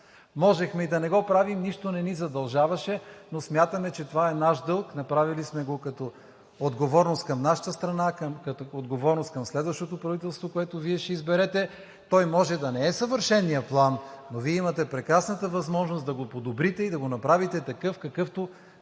Можехме и да не го правим, нищо не ни задължаваше, но смятаме, че това е наш дълг, направили сме го като отговорност към нашата страна, към следващото правителство, което Вие ще изберете. Той може да не е съвършеният план, но Вие имате прекрасната възможност да го подобрите и да го направите такъв, какъвто